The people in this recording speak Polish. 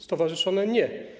Stowarzyszone - nie.